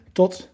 tot